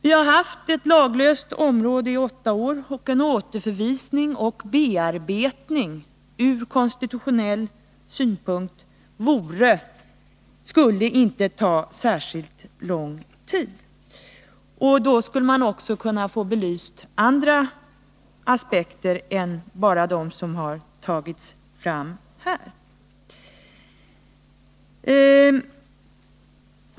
Vi har haft ett laglöst område i åtta år, och en återförvisning och bearbetning ur konstitutionell synpunkt skulle inte ta särskilt lång tid. Då skulle man också kunna få andra aspekter belysta än bara dem som här tagits fram.